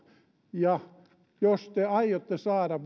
jos te aiotte saada